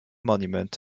monument